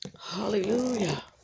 Hallelujah